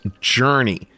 Journey